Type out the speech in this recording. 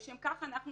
לשם כך אנחנו